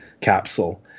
capsule